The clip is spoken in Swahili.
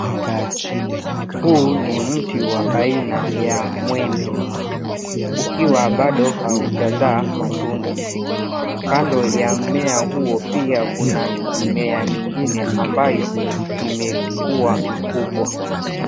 Huu ni mti wa aina ya mwembe ukiwa bado haujazaa matunda, kando ya mmea huo pia kuna mimea mengine ambayo imekuwa mikubwa.